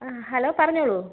hello പറഞ്ഞോളൂ